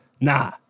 nah